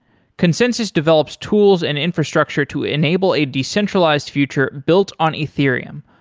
consensys develops tools and infrastructure to enable a decentralized future built on ethereum,